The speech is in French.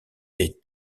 est